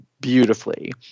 beautifully